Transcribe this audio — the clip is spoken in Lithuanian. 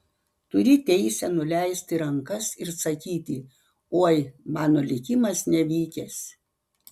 turi teisę nuleisti rankas ir sakyti oi mano likimas nevykęs